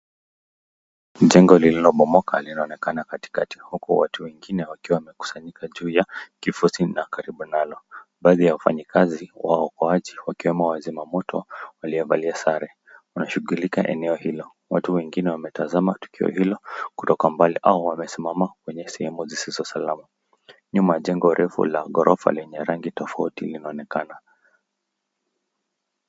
Mjengo lililo bomoka linaonekana katikati, huku wengine wakikusanyika juu ya na karibu nalo, baadhi ya wafanyikazi, waokoaji wakiwemo wazimamoto, waliovalia sare wanashugulika eneo hilo. Watu wengine wametazama tukio hilo kutoka mbali, au wamesimama kwenye sehemu zisiso salama. nyuma jengo refu la gorofa yenye rangi tofauti linaonekana.